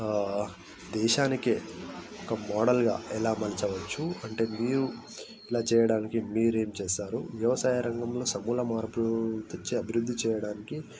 ఆ దేశానికి ఒక మోడల్ గా ఎలా మలచవచ్చు అంటే మీరు ఇలా చేయడానికి మీరేం చేస్తారు వ్యవసాయ రంగంలో సమూల మార్పులు తెచ్చి అభివృద్ధి చేయడానికి